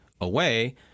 away